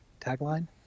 tagline